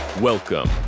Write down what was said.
Welcome